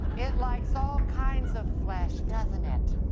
it likes all kinds of flesh doesn't it?